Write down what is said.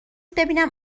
ببینم